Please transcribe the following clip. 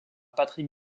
patrick